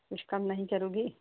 कुछ कम नहीं करोगे